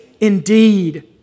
indeed